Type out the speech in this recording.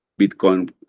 bitcoin